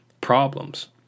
problems